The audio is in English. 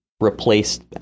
replaced